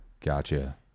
Gotcha